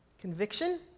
Conviction